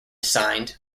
signed